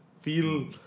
feel